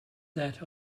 that